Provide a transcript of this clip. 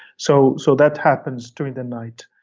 so so that happens during the night